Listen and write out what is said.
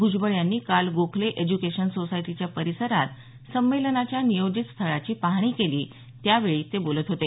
भुजबळ यांनी काल गोखले एज्युकेशन सोसायटीच्या परिसरात संमेलनाच्या नियोजित स्थळाची पाहणी केली त्यावेळी ते बोलत होते